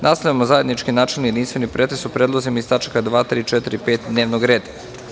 Nastavljamo zajednički, načelni, jedinstveni pretres o Predlozima iz tačaka 2, 3, 4. i 5. dnevnog reda.